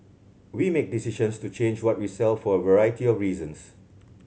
we make decisions to change what we sell for a variety of reasons